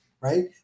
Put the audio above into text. right